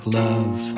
love